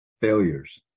failures